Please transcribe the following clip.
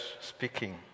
speaking